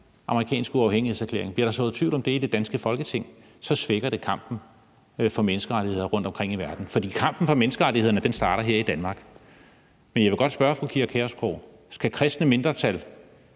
amerikanske uafhængighedserklæring – så svækker det kampen for menneskerettigheder rundtomkring i verden. For kampen for menneskerettighederne starter her i Danmark. Men jeg vil godt spørge fru Pia Kjærsgaard: Skal kristne mindretal,